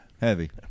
Heavy